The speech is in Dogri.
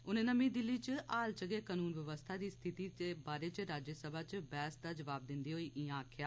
उनें नर्मी दिल्ली च हाल च गै कनून व्यवस्था दी स्थिति दे बारे च राज्यसभा च बहस दा जवाब दिन्दे होई इया आक्खेआ